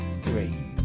Three